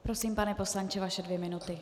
Prosím, pane poslanče, vaše dvě minuty.